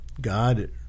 God